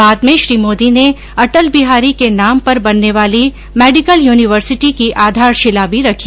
बाद में श्री मोदी ने अटल बिहारी के नाम पर बनने वाली मेडिकल यूनिवर्सिटी की आधारशिला भी रखी